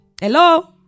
Hello